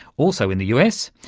also in the us.